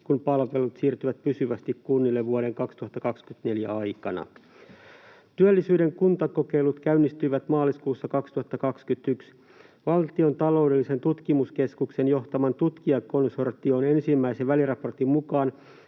kun palvelut siirtyvät pysyvästi kunnille vuoden 2024 aikana. Työllisyyden kuntakokeilut käynnistyivät maaliskuussa 2021. Valtion taloudellisen tutkimuskeskuksen johtaman tutkijakonsortion ensimmäisen väliraportin mukaan